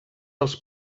els